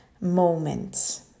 moments